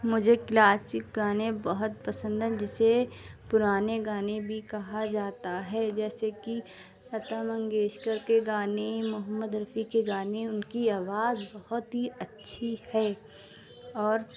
مجھے کلاسک گانے بہت پسند ہیں جسے پرانے گانے بھی کہا جاتا ہے جیسے کہ لتا منگیشکر کے گانے محمد رفیع کے گانے ان کی آواز بہت ہی اچھی ہے اور